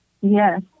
Yes